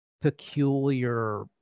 peculiar